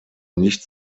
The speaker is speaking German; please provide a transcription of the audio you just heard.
nicht